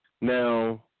Now